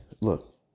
look